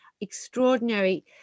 extraordinary